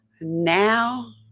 now